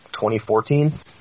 2014